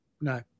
no